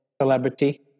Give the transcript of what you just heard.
celebrity